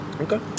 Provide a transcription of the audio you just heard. Okay